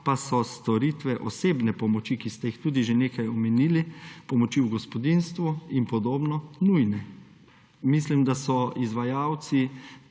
pa so storitve osebne pomoči, ki ste jih tudi že nekaj omenili, pomoči v gospodinjstvu in podobno, nujne. Mislim, da so izvajalci